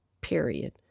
Period